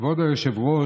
כבוד היושב-ראש,